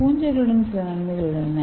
பூஞ்சைகளுடன் சில நன்மைகள் உள்ளன